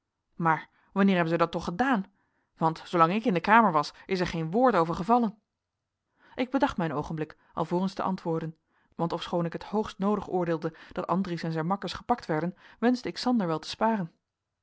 maar wanneer hebben zij dat toch gedaan want zoolang ik in de kamer was is er geen woord over gevallen ik bedacht mij een oogenblik alvorens te antwoorden want ofschoon ik het hoogst noodig oordeelde dat andries en zijn makkers gepakt werden wenschte ik sander wel te sparen